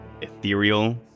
ethereal